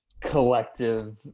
collective